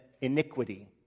iniquity